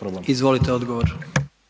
problem. **Jandroković,